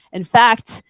in fact,